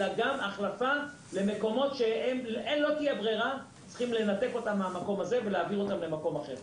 אלא גם החלפה למקומות שלא תהיה ברירה אלא לנתק אותם ולהעביר למקום אחר.